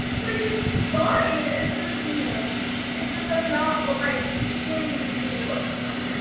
like it's fine, it's just no it's just that's not what my chin usually looks like.